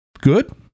good